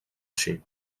així